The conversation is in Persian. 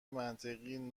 منطقی